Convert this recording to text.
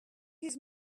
his